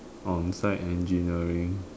on site engineering